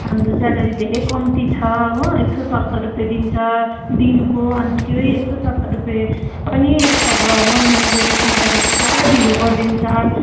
हाम्रो स्यालेरी धेरै कम्ती छ हो एक सौ सत्तर रुपियाँ दिन्छ दिनको अनि त्यही एक सौ सत्तर रुपियाँ पनि अब महिना मरेर पाउँदाखेरि पुरा ढिलो गरिदिन्छ